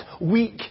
weak